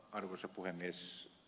arvoisa puhemies